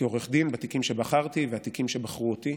כעורך דין, בתיקים שבחרתי והתיקים שבחרו אותי,